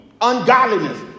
ungodliness